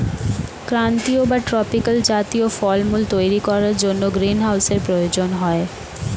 ক্রান্তীয় বা ট্রপিক্যাল জাতীয় ফলমূল তৈরি করার জন্য গ্রীনহাউসের প্রয়োজন হয়